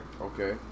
Okay